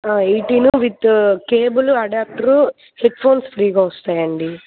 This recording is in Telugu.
ఆ eighteen with cable adapter headphones ఫ్రీగా వస్తాయండి